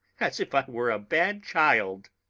as if i were a bad child!